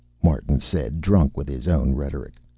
martin said, drunk with his own rhetoric.